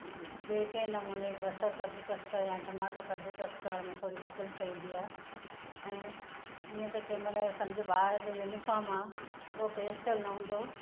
ॿिए कंहिं नमूने बसरु कदूकस करे या टमाटो कदूकस करण में थोरी तकलीफ़ ईंदी आहे ऐं हीअं त कंहिं महिल सम्झि ॿार जो यूनीफॉर्म आहे हूअ प्रेस थियल न हूंदो